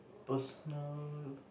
personal